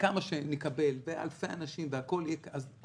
כמה שנקבל זה כלים שלובים.